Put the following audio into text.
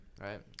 right